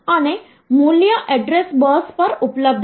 તેથી 1 0 1 1 0 1 એ 45 ની બાઈનરી રજૂઆત છે